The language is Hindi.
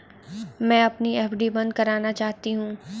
मैं अपनी एफ.डी बंद करना चाहती हूँ